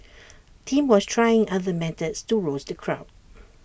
Tim was trying other methods to rouse the crowd